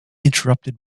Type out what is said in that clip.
interrupted